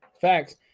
Facts